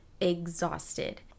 exhausted